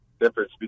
difference